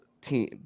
team